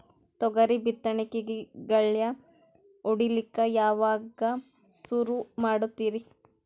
ತೊಗರಿ ಬಿತ್ತಣಿಕಿಗಿ ಗಳ್ಯಾ ಹೋಡಿಲಕ್ಕ ಯಾವಾಗ ಸುರು ಮಾಡತೀರಿ?